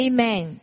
Amen